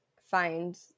find